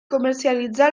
comercialitzar